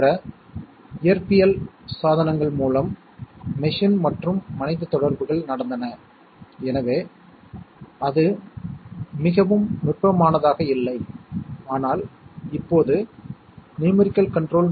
CNC இயந்திரங்களில் அவைகள் முடிவெடுப்பதில் பயன்படுத்தப்படுகின்றன மேலும் இந்த வழக்கமான சிக்னல்களை விரைவாகப் பார்ப்போம்